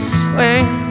swing